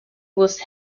was